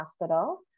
hospital